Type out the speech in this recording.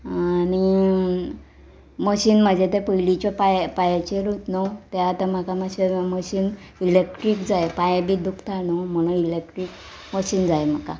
आनी मशीन म्हाजे ते पयलींच्यो पांय पांयाचेरूच न्हू ते आतां म्हाका मातशें मशीन इलेक्ट्रीक जाय पांय बी दुकता न्हू म्हणून इलेक्ट्रीक मशीन जाय म्हाका